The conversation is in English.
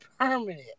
permanent